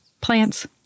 Plants